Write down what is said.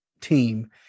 team